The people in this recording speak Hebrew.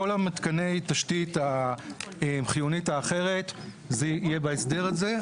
כל מתקני התשתית החיונית האחרת זה יהיה בהסדר הזה,